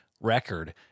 record